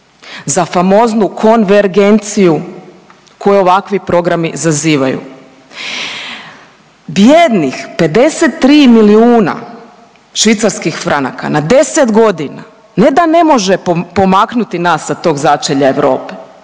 Za famoznu konvergenciju koju ovakvi programi zazivaju, bijednih 53 milijuna švicarskih franaka na 10 godina ne da ne može pomaknuti nas sa tog začelja Europe,